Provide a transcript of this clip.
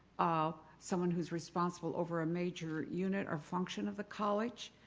ah someone who's responsible over a major unit or function of the college.